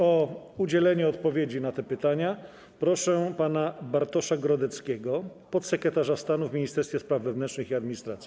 O udzielenie odpowiedzi na te pytania proszę pana Bartosza Grodeckiego, podsekretarza stanu w Ministerstwie Spraw Wewnętrznych i Administracji.